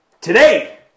today